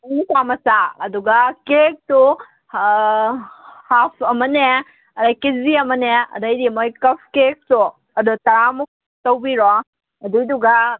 ꯅꯨꯄꯥꯃꯆꯥ ꯑꯗꯨꯒ ꯀꯦꯛꯇꯣ ꯍꯥꯐ ꯑꯃꯅꯦ ꯑꯗꯩ ꯀꯦꯖꯤ ꯑꯃꯅꯦ ꯑꯗꯩꯗꯤ ꯃꯣꯏ ꯀꯞ ꯀꯦꯛꯇꯣ ꯑꯗꯨ ꯇꯔꯥꯃꯨꯛ ꯇꯧꯕꯤꯔꯣ ꯑꯗꯨꯏꯗꯨꯒ